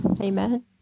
Amen